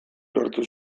lortu